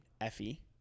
Effie